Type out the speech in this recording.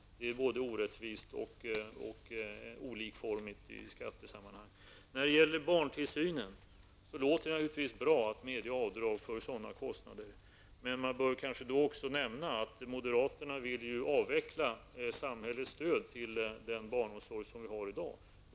Det är både orättvist och olikformigt i skattesammanhang. När det gäller barntillsynen låter det naturligtvis bra att medge avdrag för kostnader för denna. Men man bör då kanske även nämna att moderaterna vill avveckla samhällets stöd till den barnomsorg som vi har i dag.